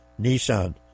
Nissan